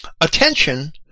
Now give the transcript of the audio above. Attention